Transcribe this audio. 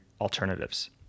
alternatives